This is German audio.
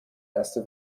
erste